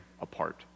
apart